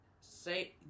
say